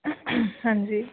ਹਾਂਜੀ